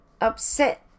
upset